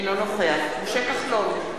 אינו נוכח משה כחלון,